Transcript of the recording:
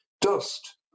dust